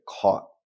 caught